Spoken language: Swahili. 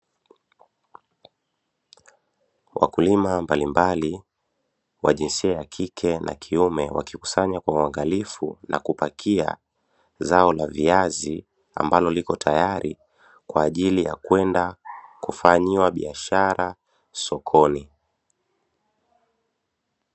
Wakulima mbalimbali wa jinsia ya kike na kiume wakikusanya kwa uangalifu kwa uangalifu na kupakia zao la viazi. Ambalo liko tayari kwa ajili ya kwenda sokoni .